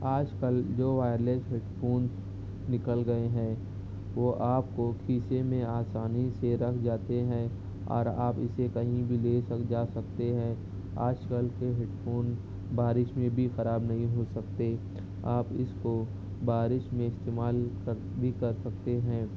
آج کل جو وائرلس ہیڈ فون نکل گیے ہیں وہ آپ کو کھیسے میں آسانی سے رکھ جاتے ہیں اورآپ اسے کہیں بھی لے کر جا سکتے ہیں آج کل کے ہیڈ فون بارش میں بھی خراب نہیں ہو سکتے آپ اس کو بارش میں استعمال کر بھی کر سکتے ہیں